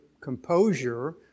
composure